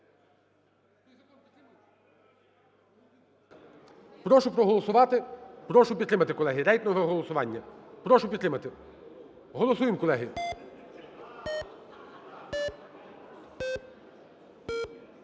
Прошу проголосувати, прошу підтримати, колеги, рейтингове голосування. Прошу підтримати, голосуємо, колеги.